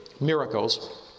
miracles